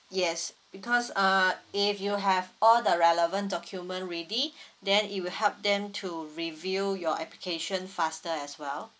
yes because uh if you have all the relevant document ready then it will help them to review your application faster as well